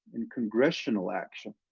and congressional action.